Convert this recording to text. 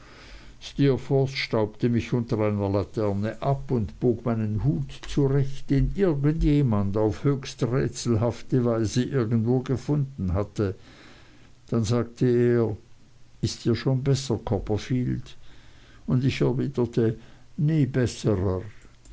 staubte mich unter einer laterne ab und bog meinen hut zurecht den irgend jemand auf höchst rätselhafte weise irgendwo gefunden hatte dann sagte er ist dir schon besser copperfield und ich erwiderte nie besserer